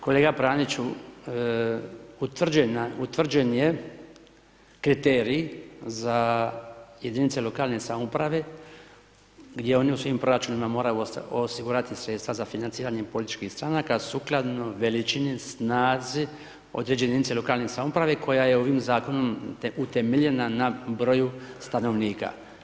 Kolega Praniću, utvrđen je kriterij za jedinice lokalne samouprave, gdje oni u svojim proračunima moraju osigurati sredstva za financiranjem političkih stranaka, sukladno veličini, snazi određenih jedinice lokalne samouprave, koja je ovim Zakonom utemeljena na broju stanovnika.